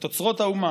את אוצרות האומה,